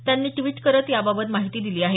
त्यांनी द्विट करत याबाबत माहिती दिली आहे